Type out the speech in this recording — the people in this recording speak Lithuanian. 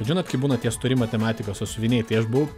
žinot kai būna tie stori matematikos sąsiuviniai tai aš buvau